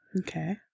Okay